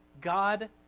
God